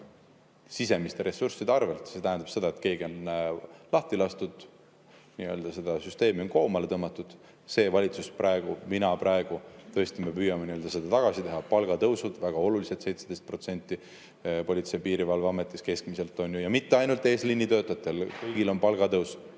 sisemiste ressursside arvelt, siis see tähendab seda, et keegi on lahti lastud, seda süsteemi on koomale tõmmatud. See valitsus praegu, mina praegu, tõesti, me püüame seda tagasi teha: palgatõusud, väga olulised, 17% Politsei- ja Piirivalveametis keskmiselt. Mitte ainult eesliinitöötajatel, vaid kõigil on palgatõus,